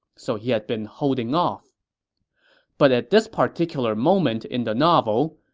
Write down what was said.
so he had been holding off but at this particular moment in the novel,